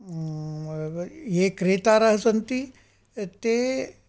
ये क्रेतारः सन्ति ते